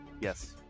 Yes